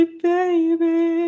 baby